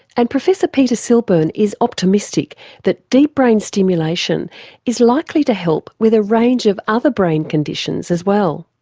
and professor peter silburn is optimistic that deep brain stimulation is likely to help with a range of other brain conditions as well.